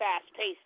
fast-paced